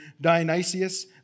Dionysius